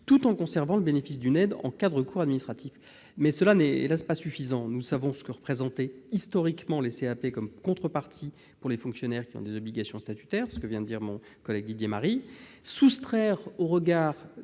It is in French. tout en conservant le bénéfice d'une aide en cas de recours administratif. Mais, hélas, ce n'est pas suffisant : nous savons ce que représentaient historiquement les CAP comme contrepartie pour les fonctionnaires, qui ont des obligations statutaires, comme vient de le rappeler mon collègue Didier Marie. Soustraire au regard des